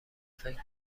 فکر